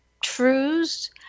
truths